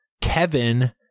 Kevin